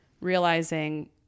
realizing